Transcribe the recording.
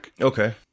Okay